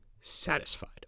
satisfied